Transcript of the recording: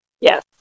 yes